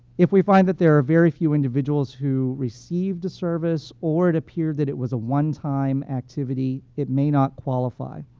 if we find that there are very few individuals who received the service or it appeared that it was a one-time activity, it may not qualify.